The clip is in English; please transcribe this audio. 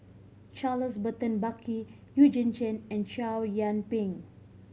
Charles Burton Buckley Eugene Chen and Chow Yian Ping